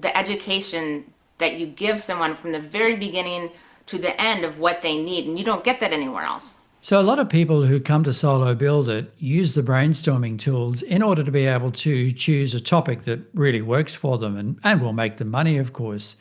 the education that you give someone from the very beginning to the end of what they need, and you don't get that anywhere else. so a lot of people who come to solo build it! use the brainstorming tools in order to be able to choose a topic that really works for them and and will make the money of course.